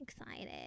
Excited